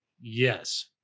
Yes